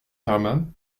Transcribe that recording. herman